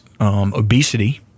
Obesity